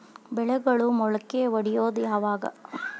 ಬೆಳೆಗಳು ಮೊಳಕೆ ಒಡಿಯೋದ್ ಯಾವಾಗ್?